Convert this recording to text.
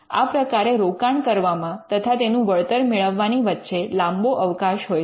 આ પ્રકારે રોકાણ કરવામાં તથા તેનું વળતર મેળવવાની વચ્ચે લાંબો અવકાશ હોય છે